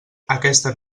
aquesta